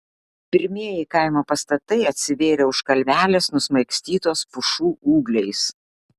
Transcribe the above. pirmieji kaimo pastatai atsivėrė už kalvelės nusmaigstytos pušų ūgliais